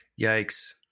Yikes